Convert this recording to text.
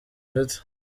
dufite